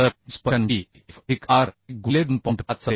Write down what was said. तर dispersion T f अधिक r 1 गुणिले 2